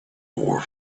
more